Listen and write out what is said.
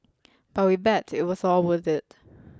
but we bet it was all worth it